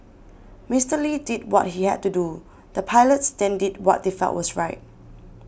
Mister Lee did what he had to do the pilots then did what they felt was right